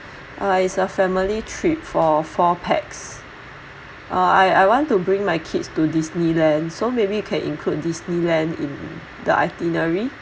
uh it's a family trip for four pax uh I I want to bring my kids to disneyland so maybe you can include disneyland in the itinerary